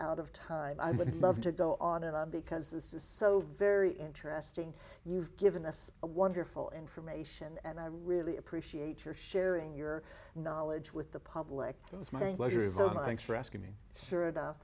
out of time i would love to go on and on because this is so very interesting you've given us a wonderful information and i really appreciate your sharing your knowledge with the public